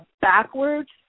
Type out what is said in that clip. backwards